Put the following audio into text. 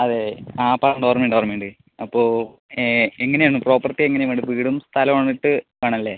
അതെ ആ പറമ്പ് ഓർമ്മ ഉണ്ട് ഓർമ്മ ഉണ്ട് അപ്പോൾ എങ്ങനെയാന്ന് പ്രോപ്പർട്ടി എങ്ങനെയാണ് വേണ്ടത് വീടും സ്ഥലം വന്നിട്ട് വേണം അല്ലേ